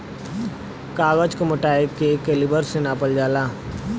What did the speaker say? कागज क मोटाई के कैलीबर से नापल जाला